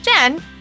Jen